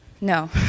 No